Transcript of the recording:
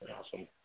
Awesome